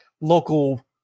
local